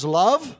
love